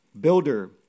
builder